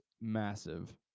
massive